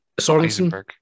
Sorensen